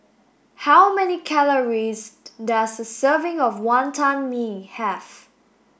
how many calories does a serving of Wantan Mee have